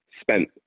spent